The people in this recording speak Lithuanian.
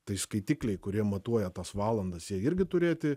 tai skaitikliai kurie matuoja tas valandas jie irgi turėti